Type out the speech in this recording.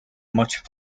much